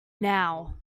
now